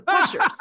pushers